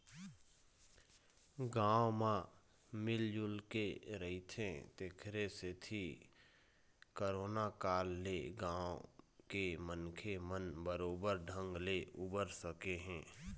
गाँव म मिल जुलके रहिथे तेखरे सेती करोना काल ले गाँव के मनखे मन बरोबर ढंग ले उबर सके हे